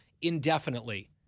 indefinitely